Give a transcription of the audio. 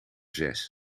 zes